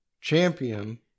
champion